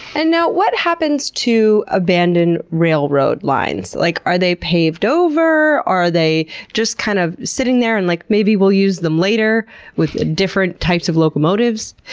and what happens to abandoned railroad lines? like are they paved over? are they just kind of sitting there and like, maybe we'll use them later with different types of locomotives?